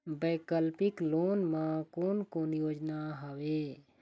वैकल्पिक लोन मा कोन कोन योजना हवए?